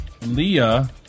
Leah